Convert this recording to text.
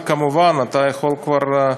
וכמובן אתה יכול כבר,